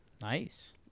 Nice